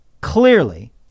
Clearly